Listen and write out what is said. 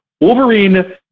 wolverine